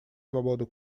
свободу